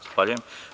Zahvaljujem.